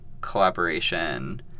collaboration